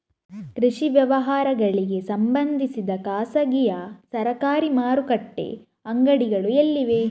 ಕೃಷಿ ವ್ಯವಹಾರಗಳಿಗೆ ಸಂಬಂಧಿಸಿದ ಖಾಸಗಿಯಾ ಸರಕಾರಿ ಮಾರುಕಟ್ಟೆ ಅಂಗಡಿಗಳು ಎಲ್ಲಿವೆ?